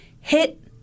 hit